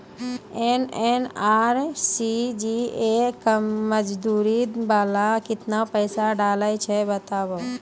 MNREGA के मज़दूरी वाला केतना पैसा आयल छै बताबू?